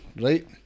right